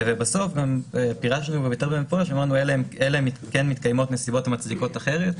ובסוף גם פירשנו: "אלא אם כן מתקיימות נסיבות המצדיקות אחרת",